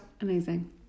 amazing